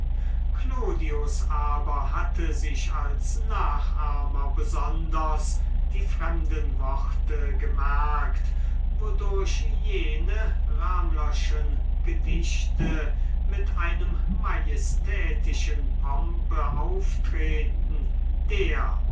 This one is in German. clodius aber hatte sich als nachahmer besonders die fremden worte gemerkt wodurch jene ramlerschen gedichte mit einem majestätischen pompe auftreten der